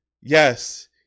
Yes